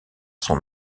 son